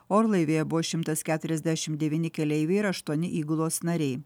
orlaivyje buvo šimtas keturiasdešimt devyni keleiviai ir aštuoni įgulos nariai